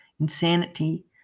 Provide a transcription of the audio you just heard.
insanity